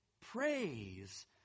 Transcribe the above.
praise